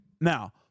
Now